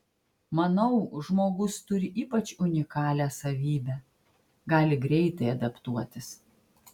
manau žmogus turi ypač unikalią savybę gali greitai adaptuotis